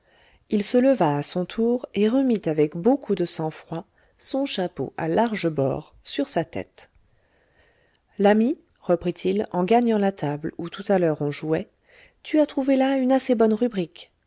il se leva à son tour et remit avec beaucoup de sang-froid son chapeau à larges bords sur sa tête l'ami reprit-il en gagnant la table où tout à l'heure on jouait tu as trouvé là une assez bonne rubrique